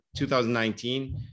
2019